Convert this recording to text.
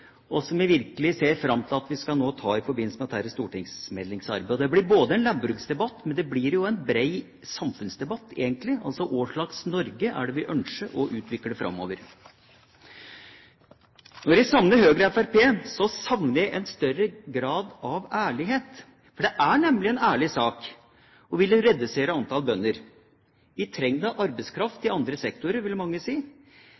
og som jeg virkelig ser fram til at vi nå skal ta i forbindelse med dette arbeidet med stortingsmeldingen. Det blir en landbruksdebatt, men det blir også en bred samfunnsdebatt – hva slags Norge er det vi ønsker å utvikle framover? Når det gjelder Høyre og Fremskrittspartiet, savner jeg en større grad av ærlighet. Det er nemlig en ærlig sak å ville redusere antall bønder – vi trenger da arbeidskraft i andre sektorer, vil mange si.